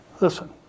listen